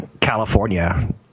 California